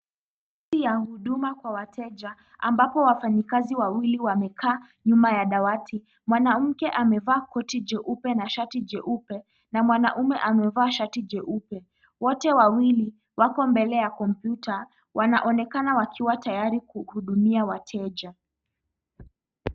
Ofisi ya huduma kwa wateja ambapo wafanyakazi wawili wamekaa nyuma ya dawati. Mwanamke amevaa koti jeupe na shati jeupe na mwanaume amevaa shati jeupe . Wote wawili wako mbele ya kompyuta wanaonekana wakiwa tayari kuhudumia wateja.